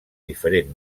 diferent